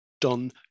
done